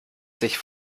sich